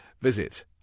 visit